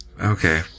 Okay